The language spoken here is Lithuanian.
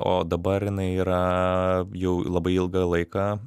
o dabar jinai yra jau labai ilgą laiką